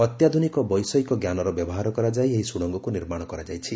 ଅତ୍ୟାଧୁନିକ ବୈଷୟିକଜ୍ଞାନର ବ୍ୟବହାର କରାଯାଇ ଏହି ସୁଡ଼ଙ୍ଗକୁ ନିର୍ମାଣ କରାଯାଇଛି